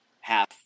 half